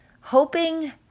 hoping